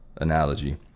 analogy